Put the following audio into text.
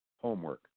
homework